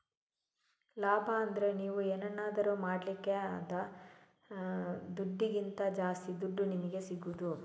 ಲಾಭ ಅಂದ್ರೆ ನೀವು ಏನನ್ನಾದ್ರೂ ಮಾಡ್ಲಿಕ್ಕೆ ಆದ ದುಡ್ಡಿಗಿಂತ ಜಾಸ್ತಿ ದುಡ್ಡು ನಿಮಿಗೆ ಸಿಗುದು